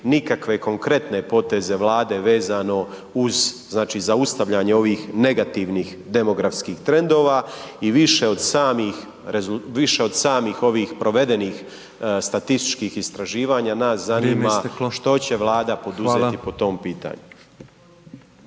nikakve konkretne poteze Vlade vezano uz, znači zaustavljanje ovih negativnih demografskih trendova i više od samih, više od samih ovih provedenih statističkih istraživanja nas zanima …/Upadica: Vrijeme isteklo./… što će Vlada poduzeti po tom pitanju.